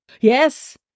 yes